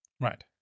right